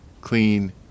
clean